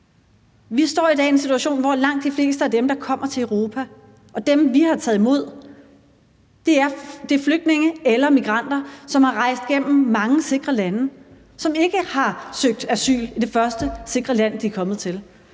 Vi står i dag i en situation, hvor langt de fleste af dem, der kommer til Europa, og dem, vi har taget imod, er flygtninge eller migranter, som er rejst igennem mange sikre lande, og som ikke har søgt asyl i det første sikre land, de er kommet til,